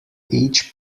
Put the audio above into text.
each